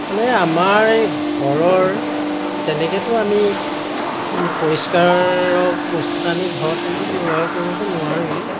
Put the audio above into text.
মানে আমাৰ এই ঘৰৰ তেনেকেতো আমি পৰিষ্কাৰক বস্তুটো আমি ঘৰত তেনেকৈ ব্যৱহাৰ কৰিবতো নোৱাৰোঁৱেই